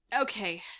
Okay